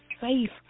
safe